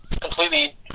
completely